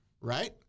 Right